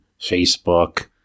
Facebook